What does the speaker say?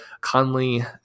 conley